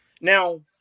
Now